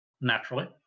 Naturally